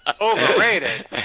Overrated